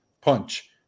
Punch